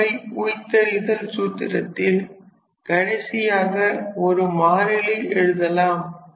இவ்வகை உய்த்தறிதல் சூத்திரத்தில் கடைசியாக ஒரு மாறியில் எழுதுவோம்